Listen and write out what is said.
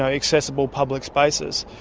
accessible public spaces.